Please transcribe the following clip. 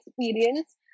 experience